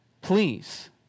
please